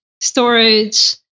storage